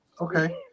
Okay